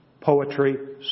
Poetry